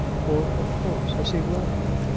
for, of course, as he well knew,